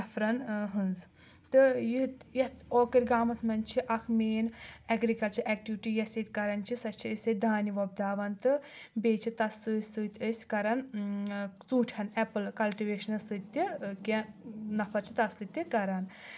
نفرن ہٕنٛز تہٕ یُتھ یَتھ اوکٕر گامَس منٛز چھِ اکھ مین ایٚگرِکَلچَر ایٚکٹِوِٹی یۄس ییٚتہِ کَرَان چھِ سۄ چھِ أسۍ ییٚتہِ دانہِ وۄپداوان تہٕ بیٚیہِ چھِ تَتھ سۭتۍ سۭتۍ أسۍ کران ژوٗنٛٹھؠن اؠپٕل کَلٹِویشنَس سۭتۍ تہِ کینٛہہ نفر چھِ تَتھ سۭتۍ تہِ کران